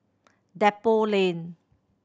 Depot Lane